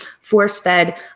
force-fed